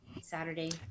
Saturday